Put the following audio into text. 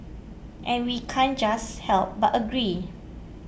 and we can't just help but agree